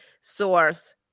source